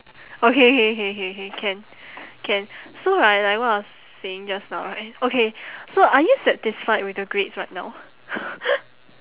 okay K K K K can can so right like what I was saying just now right okay so are you satisfied with your grades right now